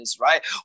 right